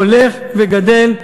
הולך וגדל,